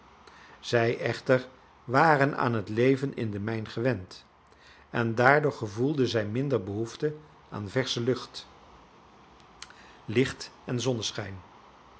zij echter waren aan het leven in de mijn gewend en daardoor gevoelden zij minder behoefte aan versche lucht licht en zonneschijn